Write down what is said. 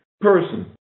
person